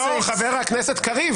חבר הכנסת קריב,